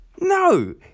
no